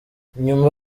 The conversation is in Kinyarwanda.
nyuma